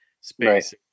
space